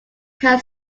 can